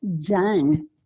done